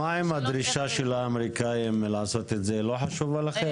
דרישת האמריקאים לעשות את זה לא חשובה לכם?